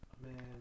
Man